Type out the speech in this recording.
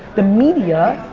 the media,